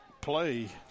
play